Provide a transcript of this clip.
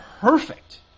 perfect